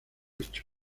hecho